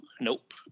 Nope